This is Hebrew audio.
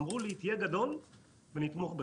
אמרו לי: תהיה גדול ונתמוך בך.